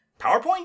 PowerPoint